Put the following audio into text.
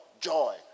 joy